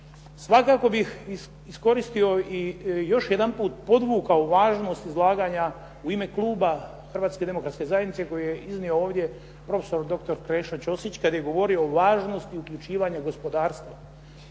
Svakako bih iskoristio i još jedanput podvukao važnost izlaganja u ime kluba Hrvatske demokratske zajednice koju je iznio ovdje prof. dr. Krešo Ćosić, kada je govorio o važnosti uključivanja gospodarstva.